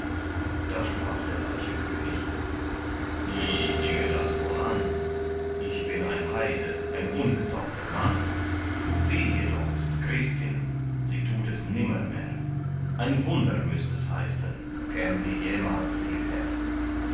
da sprach der reiche könig wie ginge das wohl an ich bin ein heide ein ungetaufter mann sie jedoch ist christin sie tut es nimmermehr ein wunder müßt es heißen käm sie jemals hierher